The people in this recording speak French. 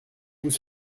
vous